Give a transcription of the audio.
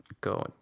go